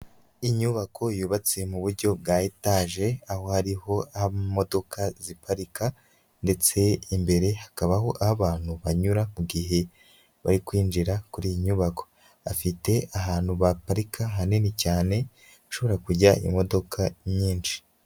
Inyubako yubatse mu buryo bwa etage aho hariho imodoka ziparika ndetse imbere hakabaho aho abantu banyura mu gihe bari kwinjira kuri iyi nyubako, bafite ahantu baparika hanini cyane hashobora kujya imodoka nyinshi.